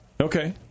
Okay